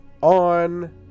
on